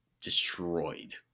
destroyed